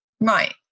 Right